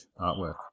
artwork